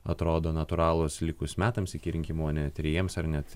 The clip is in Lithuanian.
atrodo natūralūs likus metams iki rinkimų o ne trejiems ar net